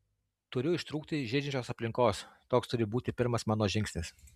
turiu ištrūkti iš žeidžiančios aplinkos toks turi būti pirmas mano žingsnis